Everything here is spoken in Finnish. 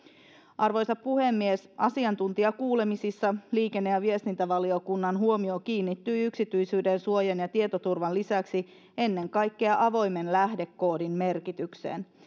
arvoisa puhemies asiantuntijakuulemisissa liikenne ja viestintävaliokunnan huomio kiinnittyi yksityisyydensuojan ja tietoturvan lisäksi ennen kaikkea avoimen lähdekoodin merkitykseen